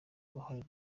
uruhare